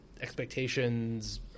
expectations